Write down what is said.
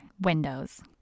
windows